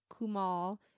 Kumal